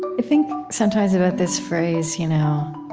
i think sometimes about this phrase, you know